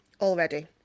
already